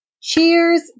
cheers